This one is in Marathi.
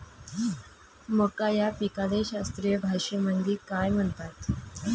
मका या पिकाले शास्त्रीय भाषेमंदी काय म्हणतात?